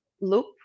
loop